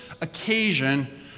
occasion